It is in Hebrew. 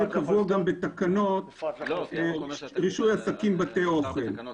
קבוע גם בתקנות רישוי עסקים (בתי אוכל),